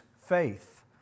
faith